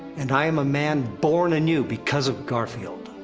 and i am a man born anew, because of garfield.